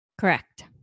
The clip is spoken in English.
Correct